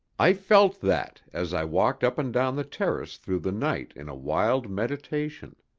i felt that as i walked up and down the terrace through the night in a wild meditation.